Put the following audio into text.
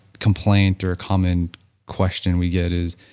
complaint or a common question we get is,